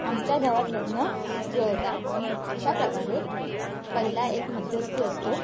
आमच्या गावात लग्न जुळवतात अशा प्रकारे पहिला एक मध्यस्थी असतो